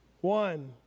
One